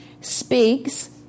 speaks